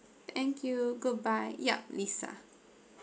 thank you goodbye yup lisa